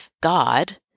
God